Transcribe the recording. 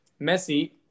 Messi